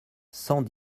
cent